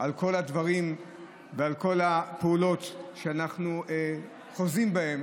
על כל הדברים ועל כל הפעולות שאנחנו חוזים בהן,